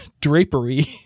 drapery